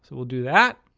so we'll do that.